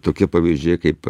tokie pavyzdžiai kaip